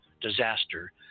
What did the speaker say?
disaster